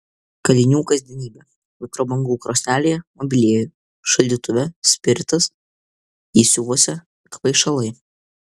kalinių kasdienybė mikrobangų krosnelėje mobilieji šaldytuve spiritas įsiuvuose kvaišalai